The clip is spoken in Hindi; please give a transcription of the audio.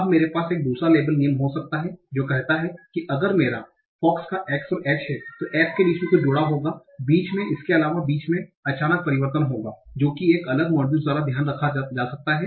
अब मेरे पास एक दूसरा लेबल नियम हो सकता है जो कहता है कि अगर मेरा संदर्भ समय 1706 fox का x h है s के बीच में कुछ जोड़ा होगा बीच में इसके अलावा बीच में अचानक परिवर्तन होगा जो की एक अलग मॉड्यूल द्वारा ध्यान रखा जा सकता है